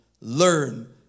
Learn